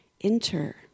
enter